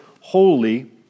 holy